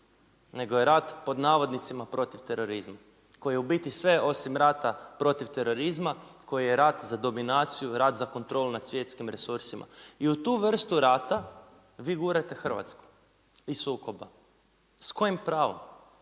Neko je rat „protiv terorizma“, koji je u biti sve osim rata protiv terorizma, koji je rat za dominaciju, rad za kontrolu nad svjetskim resursima. I u tu vrstu rata, vi gurate Hrvatsku iz sukoba. S kojim pravom?